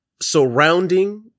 surrounding